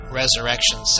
Resurrection